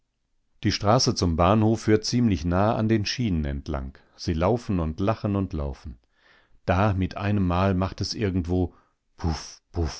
die straße zum bahnhof führt ziemlich nah an den schienen entlang sie laufen und lachen und laufen da mit einmal macht es irgendwo